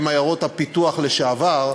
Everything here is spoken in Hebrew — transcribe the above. הן עיירות הפיתוח לשעבר,